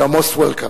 You're most welcome.